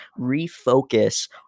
refocus